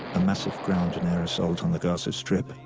a massive ground and air assault on the gaza strip.